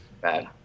Bad